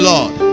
Lord